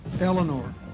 Eleanor